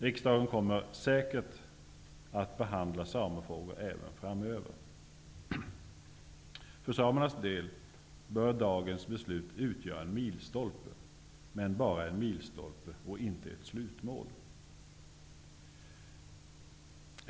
Riksdagen kommer säkert att behandla samefrågor även framöver. För samerna bör dagens beslut utgöra en milstolpe, men bara en milstolpe och inte ett slutmål.